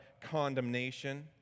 condemnation